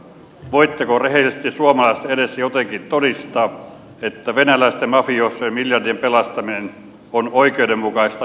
voitteko rehellisesti suomalaisten edessä jotenkin todistaa että venäläisten mafiosojen miljardien pelastaminen on oikeudenmukaista yhteisvastuuta